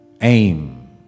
aim